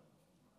במליאה.